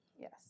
Yes